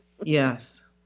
Yes